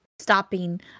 stopping